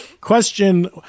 question